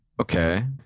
Okay